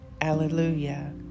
Alleluia